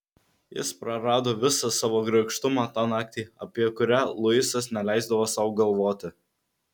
jis prarado visą savo grakštumą tą naktį apie kurią luisas neleisdavo sau galvoti